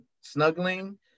Snuggling